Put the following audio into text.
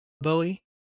Bowie